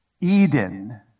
Eden